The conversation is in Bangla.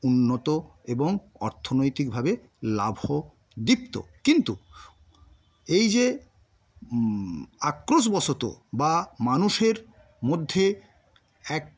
উন্নত এবং অর্থনৈতিকভাবে লাভদীপ্ত কিন্তু এই যে আক্রোশ বশত বা মানুষের মধ্যে এক